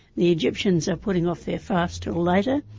the egyptians are putting off their fast till later.